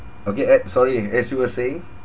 okay ed sorry eh as you were saying